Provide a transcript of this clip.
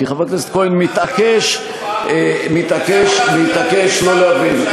כי חבר הכנסת כהן מתעקש לא להבין.